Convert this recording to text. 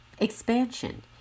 Expansion